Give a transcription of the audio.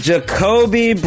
Jacoby